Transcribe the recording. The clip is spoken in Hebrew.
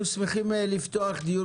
אנחנו שמחים לפתוח דיון